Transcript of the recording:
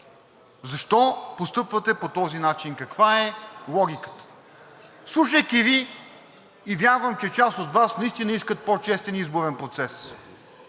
Защо постъпвате по този начин, каква е логиката? Слушайки Ви, вярвам, че част от Вас наистина искат по-честен изборен процес.